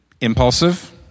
impulsive